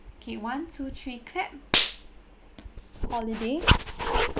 okay one two three clap holiday